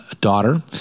daughter